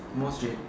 most is